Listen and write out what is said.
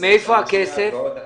12 בשנה השנייה ועוד עשר.